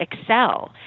excel